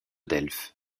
delphes